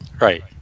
Right